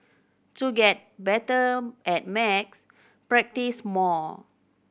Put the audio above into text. to get better at maths practise more